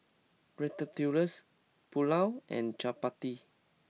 Ratatouilles Pulao and Chapati